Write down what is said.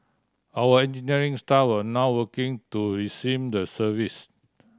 our engineering staff are now working to resume the service